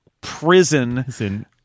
prison